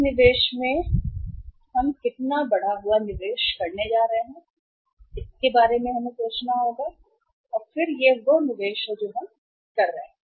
इस निवेश में या कितना बढ़ा हुआ निवेश हम करने जा रहे हैं इसके बारे में हमें सोचना होगा और फिर यह वह निवेश है जो हम कर रहे हैं